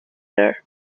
her